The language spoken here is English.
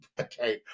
okay